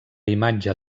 imatge